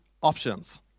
options